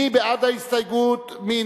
מי בעד ההסתייגות, מי